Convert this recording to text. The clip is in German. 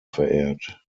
verehrt